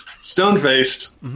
stone-faced